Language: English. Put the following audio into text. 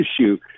issue